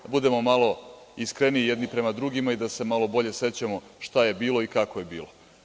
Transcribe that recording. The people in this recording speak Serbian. Da budemo malo iskreniji jedni prema drugima i da se malo bolje sećamo šta je bilo i kako je bilo.